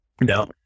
No